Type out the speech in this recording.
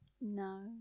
No